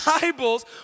Bibles